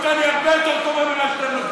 הפרשנות כאן היא הרבה יותר טובה ממה שאתם נותנים לו.